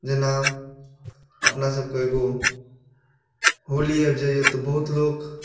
जेना अपनासभके एगो होली आबि जाइए तऽ बहुत लोक